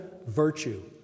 Virtue